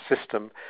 system